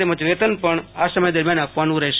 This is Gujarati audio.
તેમજ વેતન પણ સમય દરમિયાન આપવાનું રહેશે